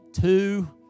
two